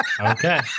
okay